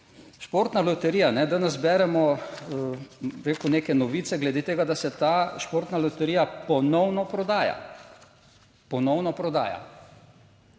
Športna loterija danes beremo, bi rekel, neke novice glede tega, da se ta Športna loterija ponovno prodaja.